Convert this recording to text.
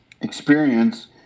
experience